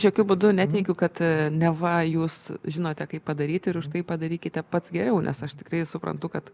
jokiu būdu neteigiu kad neva jūs žinote kaip padaryti ir užtai padarykite pats geriau nes aš tikrai suprantu kad